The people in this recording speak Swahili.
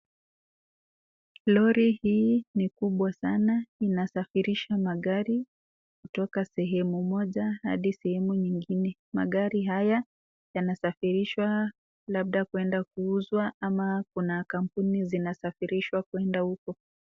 Lori hii ni kubwa sana inasafirisha magari kutoka sehemu moja hadi sehemu nyingine. Magari haya yanasafirishwa labda kwenda kuuzwa ama kuna kampuni zinasafirishwa kwenda huko.